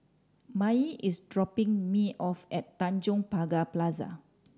Maye is dropping me off at Tanjong Pagar Plaza